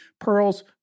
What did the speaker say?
pearls